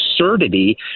absurdity